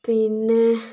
പിന്നേ